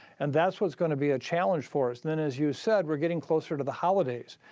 and that's what's going to be a challenge for us. and then, as you said, we're getting closer to the holidays.